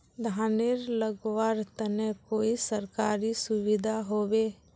धानेर लगवार तने कोई सरकारी सुविधा होबे?